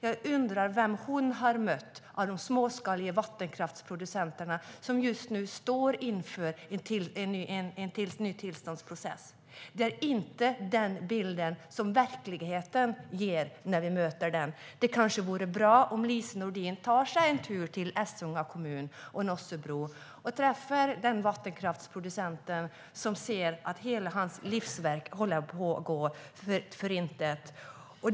Jag undrar vem hon har mött av de småskaliga vattenkraftsproducenter som just nu står inför en ny tillståndsprocess. Det är inte den bilden verkligheten ger när vi möter dem. Det kanske vore bra om Lise Nordin tog sig en tur till Essunga kommun och Nossebro för att träffa den vattenkraftsproducent som ser att hela hans livsverk håller på att gå om intet.